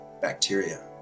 bacteria